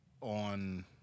on